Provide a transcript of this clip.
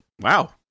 Wow